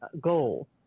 goal